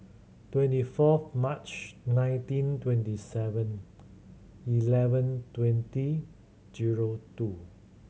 twenty fourth March nineteen twenty Seven Eleven twenty zero two